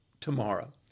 tomorrow